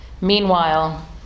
Meanwhile